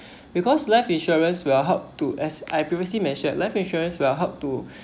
because life insurance will help to as I previously mentioned life insurance will help to